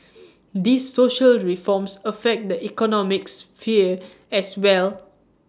these social reforms affect the economic sphere as well